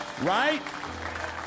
Right